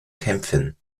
kämpfen